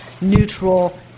neutral